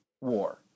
war